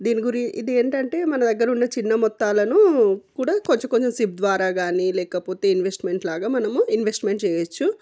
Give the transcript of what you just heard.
దీని గురి ఇదేంటంటే మన దగ్గర ఉన్న చిన్న మొత్తాలను కూడా కొంచం కొంచం సిప్ ద్వారా గాని లేకపోతే ఇన్వెస్ట్మెంట్ లాగా మనము ఇన్వెస్ట్మెంట్ చేయొచ్చు